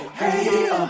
hey